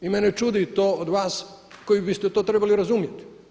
I mene čudi to od vas koji biste to trebali razumjeti.